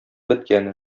беткән